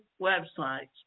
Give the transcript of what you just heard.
websites